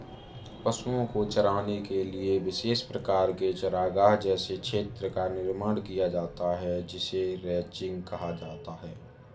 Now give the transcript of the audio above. पशुओं को चराने के लिए विशेष प्रकार के चारागाह जैसे क्षेत्र का निर्माण किया जाता है जिसे रैंचिंग कहा जाता है